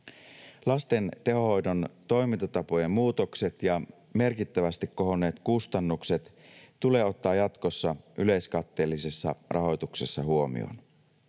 Lasten tehohoidon toimintatapojen muutokset ja merkittävästi kohonneet kustannukset tulee ottaa jatkossa yleiskatteellisessa rahoituksessa huomioon.